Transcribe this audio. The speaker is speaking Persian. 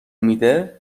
میده